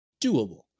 doable